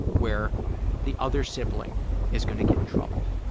where the other sibling is gonna get in trouble,